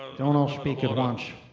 i donit all speak at once.